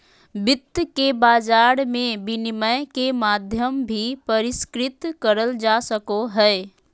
वित्त के बाजार मे विनिमय के माध्यम भी परिष्कृत करल जा सको हय